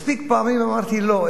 מספיק פעמים אמרתי: לא,